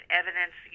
evidence